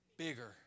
Bigger